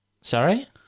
Sorry